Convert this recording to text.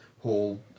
whole